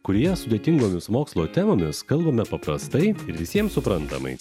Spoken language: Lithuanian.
kurie sudėtingomis mokslo temomis kalbame paprastai ir visiems suprantamai